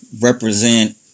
represent